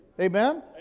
Amen